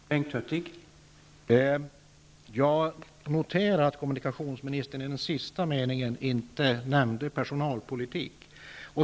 Herr talman! Jag noterar att kommunikationsministern i den sista meningen inte nämnde personalpolitik.